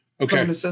okay